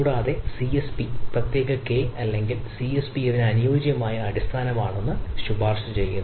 കൂടാതെ സിഎസ്പി പ്രത്യേക കെ അല്ലെങ്കിൽ സിഎസ്പി ഇതിന് അനുയോജ്യമായ അടിസ്ഥാനമാണെന്ന് ശുപാർശ ചെയ്യുന്നു